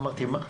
אמרתי: מה?